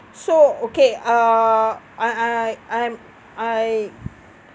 so okay uh I I I'm I